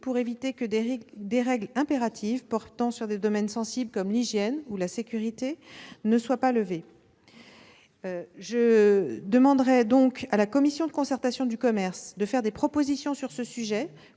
pour éviter que des règles impératives portant sur des domaines sensibles, comme l'hygiène ou la sécurité, ne soient levées. Je demanderai donc à la Commission de concertation du commerce de faire des propositions sur ce sujet,